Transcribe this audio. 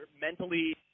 mentally